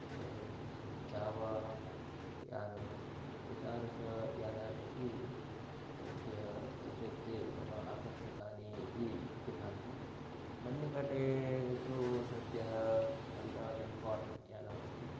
एवं जावा यानं एतादृशानि यानान्यपि अद्य अद्यत्वे मम आकर्षकाणि इति प्रतिभान्ति मन्निकटे तु सद्यः होण्डा यूनिकार्न् यानमस्ति